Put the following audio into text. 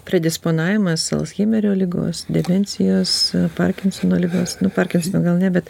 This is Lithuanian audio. predisponavimas alzheimerio ligos demencijos parkinsono ligos nu parkinsono gal ne bet